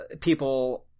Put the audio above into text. people